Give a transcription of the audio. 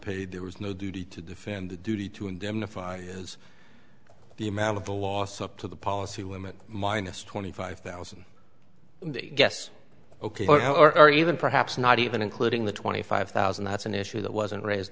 paid there was no duty to defend the duty to indemnify as the amount of the loss up to the policy limit minus twenty five thousand yes ok but how are you even perhaps not even including the twenty five thousand that's an issue that wasn't raised